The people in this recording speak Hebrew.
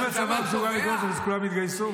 ואם הצבא מסוגל לקלוט, אז כולם יתגייסו?